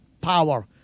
power